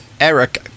Eric